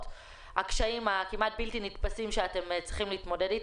הקשיים הכמעט בלתי נתפסים אתם מתמודדים.